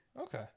Okay